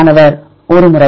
மாணவர் 1 முறை